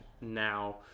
now